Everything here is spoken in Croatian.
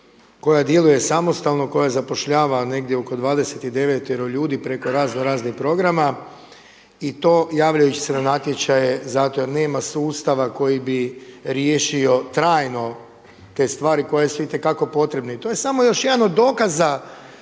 koja djeluje samostalno, koja zapošljava negdje oko 29-tero ljudi preko razno raznih programa i to javljajući se na natječaje zato jer nema sustava koji bi riješio trajno te stvari koje su itekako potrebne. I to je samo još jedan od dokaza